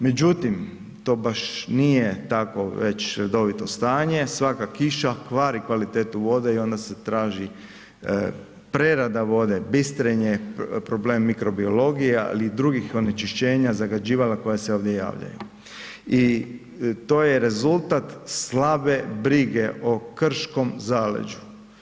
Međutim, to baš nije tako već redovito stanje, svaka kiša kvari kvalitetu vode i onda se traži prerada vode, bistrenje, problem mikrobiologije, ali i drugih onečišćenja, zagađivala koja se ovdje javljaju i to je rezultat slabe brige o krškom zaleđu.